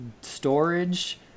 storage